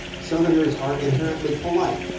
southerners are inherently polite.